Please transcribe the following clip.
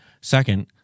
Second